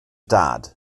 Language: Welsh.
dad